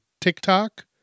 TikTok